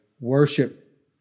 worship